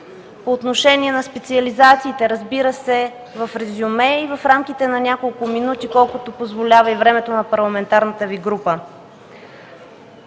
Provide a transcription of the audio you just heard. по отношение на специализациите? Разбира се, отговорът може да е в резюме и в рамките на няколко минути, колкото позволява времето на парламентарната Ви група.